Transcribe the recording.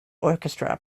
orchestra